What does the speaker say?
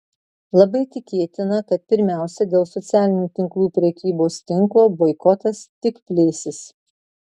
labai tikėtina kad pirmiausia dėl socialinių tinklų prekybos tinklo boikotas tik plėsis